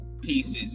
pieces